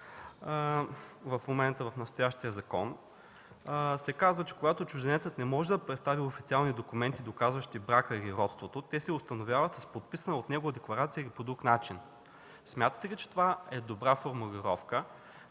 34, ал. 5 в настоящия закон се казва, че когато чужденецът не може да представи официални документи, доказващи брака или родството, те се установяват с подписана от него декларация или по друг начин. Смятате ли, че това е добра формулировка,